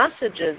messages